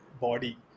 body